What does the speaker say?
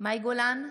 מאי גולן,